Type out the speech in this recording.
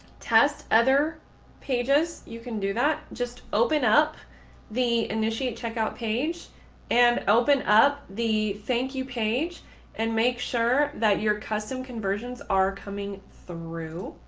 test other pages, you can do that. just open up the initiate checkout page and open up the thank you page and make sure that your custom conversions are coming through.